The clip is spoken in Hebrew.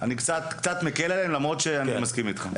אני קצת מקל עליהם למרות שאני מסכים איתך.